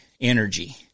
energy